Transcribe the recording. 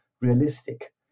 realistic